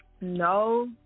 no